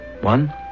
One